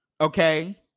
okay